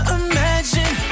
imagine